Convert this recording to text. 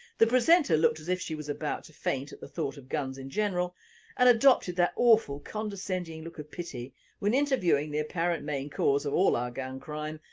the presenter looked as if she were about to faint at the thought of guns in general and adopted that awful condescending look of pity when interviewing the apparent main cause of all our gun crime,